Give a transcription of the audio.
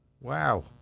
Wow